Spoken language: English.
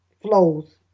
flows